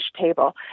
table